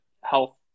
health